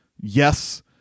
yes